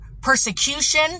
persecution